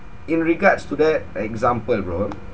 in regards to that example bro